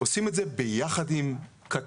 עושים את זה ביחד עם קק"ל,